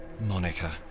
Monica